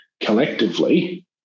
collectively